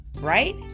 right